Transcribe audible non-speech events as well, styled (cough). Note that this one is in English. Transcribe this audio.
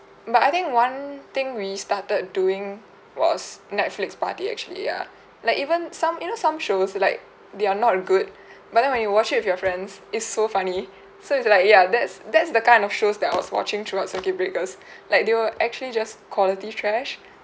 but I think one thing we started doing was netflix party actually ya (breath) like even some you know some shows like they are not good (breath) but then when you watch it with your friends it's so funny (breath) so it's like ya that's that's the kind of shows that I was watching throughout circuit breakers (breath) like they were actually just quality trash (breath)